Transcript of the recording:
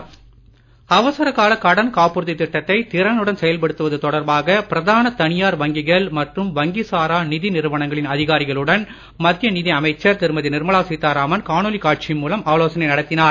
நிர்மலா அவசர கால கடன் காப்புறுதி திட்டத்தை திறனுடன் செயல்படுத்துவது தொடர்பாக பிரதான தனியார் வங்கிகள் மற்றும் வங்கி சாரா நிதி நிறுவனங்களின் அதிகாரிகளுடன் மத்திய நிதி அமைச்சர் திருமதி நிர்மலா சீத்தாராமன் காணொலி காட்சி மூலம் ஆலோசனை நடத்தினார்